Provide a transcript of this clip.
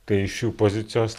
tai iš jų pozicijos